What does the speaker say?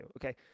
Okay